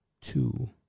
two